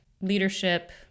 leadership